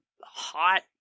hot